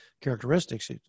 characteristics